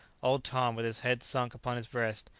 old tom, with his head sunk upon his breast,